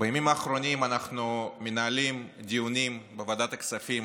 בימים האחרונים אנחנו מנהלים דיונים בוועדת הכספים